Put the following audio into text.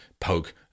poke